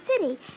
city